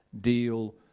deal